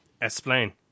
Explain